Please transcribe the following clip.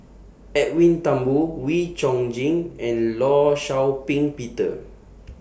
Edwin Thumboo Wee Chong Jin and law Shau Ping Peter